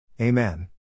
Amen